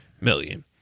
million